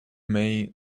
may